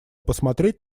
посмотреть